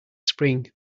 spring